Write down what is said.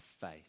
faith